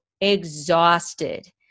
exhausted